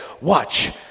watch